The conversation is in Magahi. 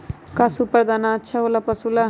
का सुपर दाना अच्छा हो ला पशु ला?